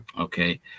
okay